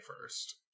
first